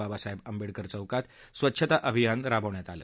बाबासाहेब आंबेडकर चौकात स्वच्छता अभियान राबवण्यात आलं